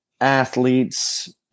athletes